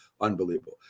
unbelievable